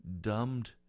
dumbed